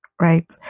Right